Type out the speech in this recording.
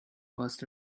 was